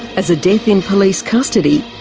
as a death in police custody,